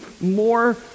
more